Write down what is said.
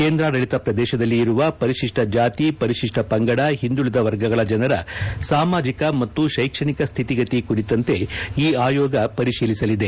ಕೇಂದ್ರಾಡಳಿತ ಪ್ರದೇಶದಲ್ಲಿ ಇರುವ ಪರಿಶಿಷ್ಟ ಜಾತಿ ಪರಿಶಿಷ್ಟ ಪಂಗಡ ಹಿಂದುಳಿದ ವರ್ಗಗಳ ಜನರ ಸಾಮಾಜಿಕ ಮತ್ತು ಶೈಕ್ಷಣಿಕ ಸ್ಥಿತಿಗತಿ ಕುರಿತಂತೆ ಈ ಆಯೋಗ ಪರಿಶೀಲಿಸಲಿದೆ